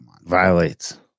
Violates